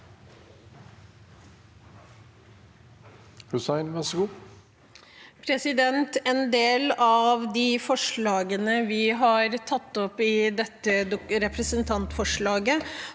En del av de forsla- gene vi har tatt opp i dette representantforslaget,